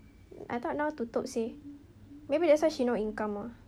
I thought now tutup seh maybe that's why she no income lah